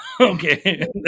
Okay